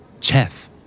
Chef